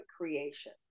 creation